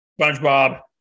Spongebob